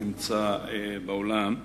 נמצא באולם.